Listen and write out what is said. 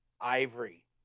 Ivory